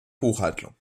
buchhandlung